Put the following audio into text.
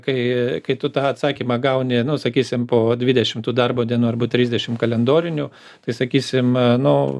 kai kai tu tą atsakymą gauni nu sakysim po dvidešim tų darbo dienų arba trisdešim kalendorinių tai sakysim nu